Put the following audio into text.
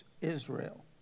Israel